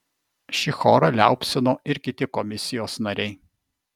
šį chorą liaupsino ir kiti komisijos nariai